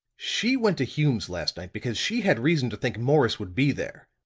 she went to hume's last night because she had reason to think morris would be there.